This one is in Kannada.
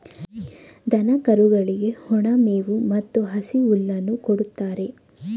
ದನ ಕರುಗಳಿಗೆ ಒಣ ಮೇವು ಮತ್ತು ಹಸಿ ಹುಲ್ಲನ್ನು ಕೊಡುತ್ತಾರೆ